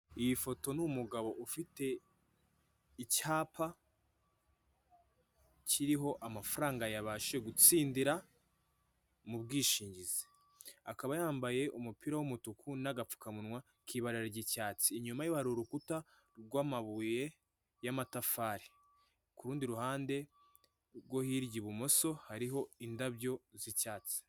Iyi foto ni umugabo ufite icyapa kiriho amafaranga yabashije gutsindira mubwishingizi. Akaba yambaye umupira w'umutuku n'agapfukamunwa k'ibara ry'icyatsi. Inyuma y'iwe hari urukuta rw'amabuye y'amatafari. Ku rundi ruhande rwo hirya ibumoso, hariho indabyo z'icyatsi.